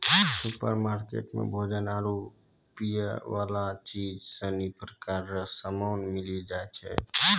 supermarket मे भोजन आरु पीयवला चीज सनी प्रकार रो समान मिली जाय छै